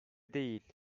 değil